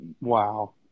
Wow